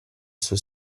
suo